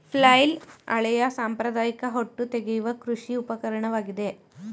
flail ಹಳೆಯ ಸಾಂಪ್ರದಾಯಿಕ ಹೊಟ್ಟು ತೆಗೆಯುವ ಕೃಷಿ ಉಪಕರಣವಾಗಿದೆ